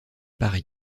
paris